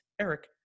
Eric